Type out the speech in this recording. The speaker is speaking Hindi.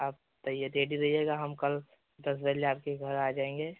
आप तैयारी कीजिएगा हम कल दस बजे आपके घर आ जाएँगे